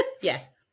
Yes